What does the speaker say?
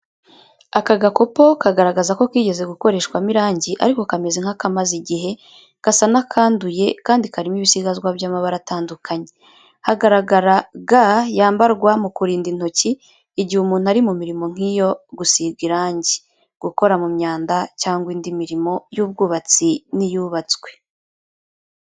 Aka gakopo kagaragara ko kigeze gukoreshwamo irangi ariko kameze nk'akamaze igihe, gasa n’akanduye kandi karimo ibisigazwa by’amabara atandukanye. Haragaragara ga yambarwa mu kurinda intoki igihe umuntu ari mu mirimo nk’iyo gusiga irangi, gukora mu myanda, cyangwa indi mirimo y’ubwubatsi n’iyubatswe.